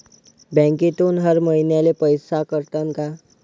बँकेतून हर महिन्याले पैसा कटन का?